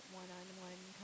one-on-one